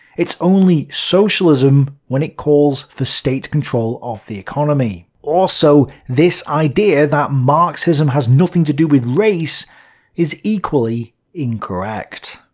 it's only socialism when it calls for state control of the economy. also, this idea that marxism has nothing to do with race is equally incorrect.